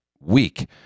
week